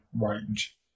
range